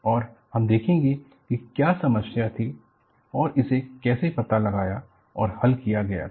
और हम देखेंगे कि क्या समस्या थी और इसे कैसे पता लगाया और हल किया गया था